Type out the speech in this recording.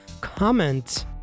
comment